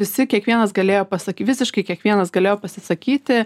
visi kiekvienas galėjo pasaky visiškai kiekvienas galėjo pasisakyti